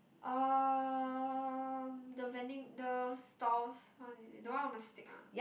um the vending the stores one is it the one on the stick one